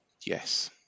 Yes